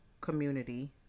community